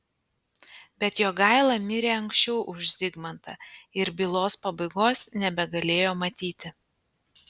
bet jogaila mirė anksčiau už zigmantą ir bylos pabaigos nebegalėjo matyti